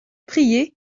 prier